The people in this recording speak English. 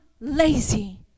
lazy